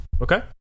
Okay